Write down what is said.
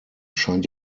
scheint